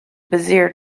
bezier